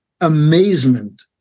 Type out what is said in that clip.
amazement